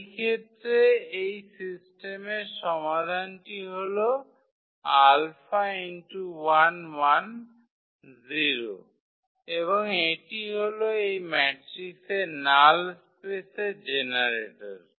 এই ক্ষেত্রে এই সিস্টেমের সমাধানটি হল এবং এটি হল এই ম্যাট্রিক্স এর নাল স্পেসের জেনারেটর